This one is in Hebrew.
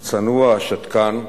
הצנוע, השתקן,